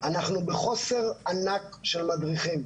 אנחנו בחוסר ענק של מדריכים.